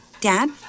Dad